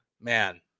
man